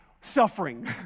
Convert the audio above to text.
suffering